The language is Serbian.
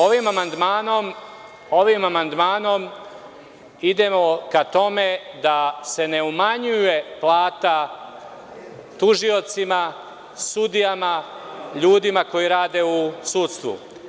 Ovim amandmanom idemo ka tome da se ne umanjuje plata tužiocima, sudijama, ljudima koji rade u sudstvu.